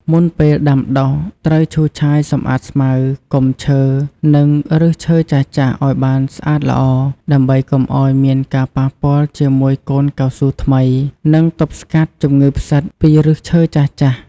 មុនពេលដាំដុះ ត្រូវឈូសឆាយសំអាតស្មៅ គុម្ពឈើ និងឬសឈើចាស់ៗឱ្យបានស្អាតល្អ ដើម្បីកុំឱ្យមានការប៉ះពាលជាមួយកូនកៅស៊ូថ្មី និងទប់ស្កាត់ជំងឺផ្សិតពីឫសឈើចាស់ៗ។